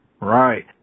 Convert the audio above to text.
Right